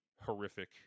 horrific